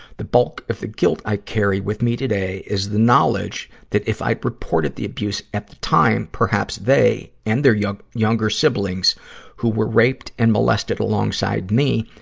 the bulk of the guilt i carry with me today is the knowledge that if i'd reported the abuse at the time, perhaps they and their younger younger siblings who were raped and molested alongside me,